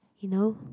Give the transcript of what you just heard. you know